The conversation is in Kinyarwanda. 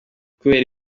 kubera